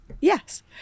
Yes